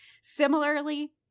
Similarly